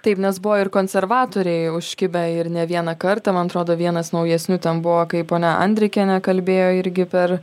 taip nes buvo ir konservatoriai užkibę ir ne vieną kartą man atrodo vienas naujesnių ten buvo kaip ponia andrikienė kalbėjo irgi per